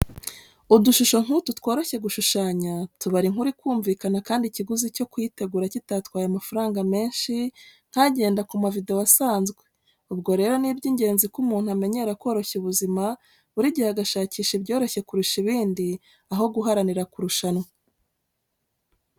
Udushusho nk'utu tworoshye gushushanya, tubara inkuru ikumvikana kandi ikiguzi cyo kuyitegura kitatwaye amafaranga menshi nk'agenda ku mavidewo asanzwe, ubwo rero ni iby'ingenzi ko umuntu amenyera koroshya ubuzima, buri gihe agashakisha ibyoroshye kurusha ibindi, aho guharanira kurushanwa.